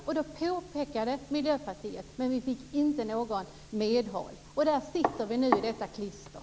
Miljöpartiet påpekade det, men vi fick inte något medhåll. Därför sitter vi nu i detta klister.